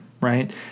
Right